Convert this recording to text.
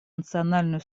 национальную